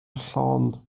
llon